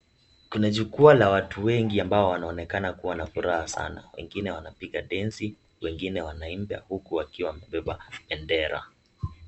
Kuna jukwaa la watu wengi ambao wanaonekana wakiwa na furaha wengine wanapiga densi wengine wanaimba huku wakiwa wamebeba bendera.